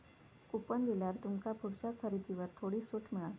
coupon दिल्यार तुमका पुढच्या खरेदीवर थोडी सूट मिळात